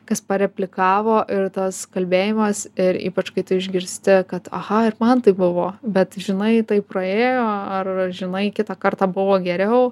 kas pareplikavo ir tas kalbėjimas ir ypač kai tu išgirsti kad aha ir man taip buvo bet žinai tai praėjo ar žinai kitą kartą buvo geriau